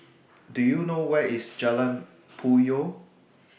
Do YOU know Where IS Jalan Puyoh